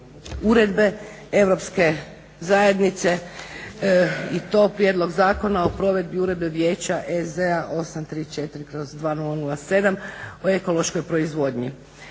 Uredbe Europske zajednice i to prijedlog Zakona o provedbi Uredbe Vijeća EZ 834/2007. o ekološkoj proizvodnji.